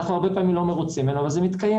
אנחנו הרבה פעמים לא מרוצים ממנו, אבל זה מתקיים.